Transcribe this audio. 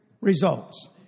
results